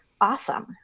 awesome